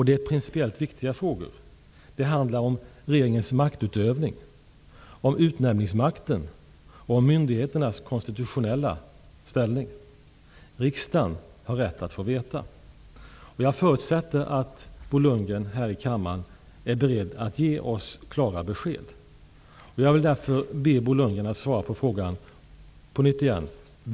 Det är principiellt viktiga frågor. Det handlar om regeringens maktutövning, om utnämningsmakten och om myndigheternas konstitutionella ställning. Riksdagen har rätt att få veta. Jag förutsätter att Bo Lundgren här i kammaren är beredd att ge oss klara besked. Jag vill därför be Bo Lundgren på nytt att svar på frågorna.